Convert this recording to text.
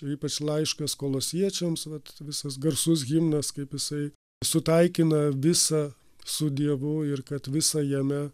ypač laiškas kolosiečiams vat visas garsus himnas kaip jisai sutaikina visa su dievu ir kad visa jame